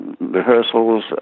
rehearsals